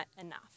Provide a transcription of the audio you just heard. enough